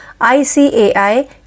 ICAI